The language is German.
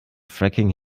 fracking